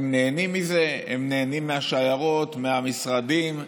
הם נהנים מזה, הם נהנים מהשיירות, מהמשרדים,